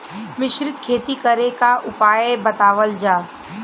मिश्रित खेती करे क उपाय बतावल जा?